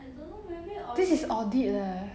this is audit leh